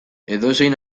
edozein